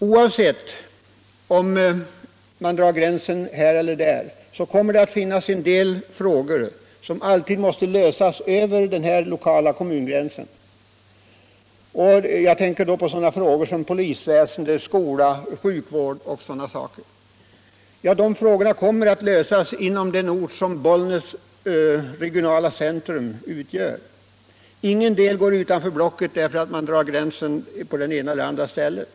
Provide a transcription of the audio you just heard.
Oavsett om man drar gränsen här eller där kommer det att finnas en del frågor som alltid måste lösas över den lokala kommungränsen. Jag tänker då på polisväsende, skola, sjukvårdsresurser etc. Denna service kommer att ges inom den ort som Bollnäs regionala centrum utgör. Ingen del går utanför blocket därför att man drar gränsen på det ena eller andra stället.